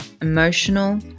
emotional